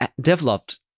developed